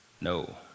No